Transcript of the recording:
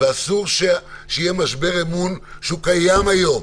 ואסור שיהיה משבר אמון, שקיים היום,